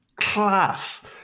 class